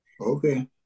Okay